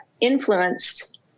influenced